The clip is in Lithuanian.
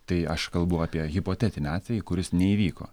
tai aš kalbu apie hipotetinį atvejį kuris neįvyko